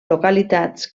localitats